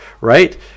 right